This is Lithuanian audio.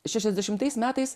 šešiasdešimtais metais